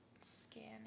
scanning